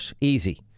Easy